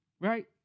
Right